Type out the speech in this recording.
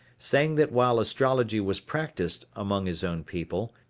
saying that while astrology was practiced among his own people,